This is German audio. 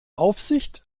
aufsicht